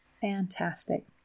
Fantastic